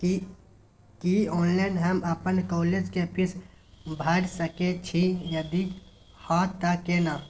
की online हम अपन college के फीस भैर सके छि यदि हाँ त केना?